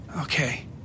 Okay